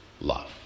love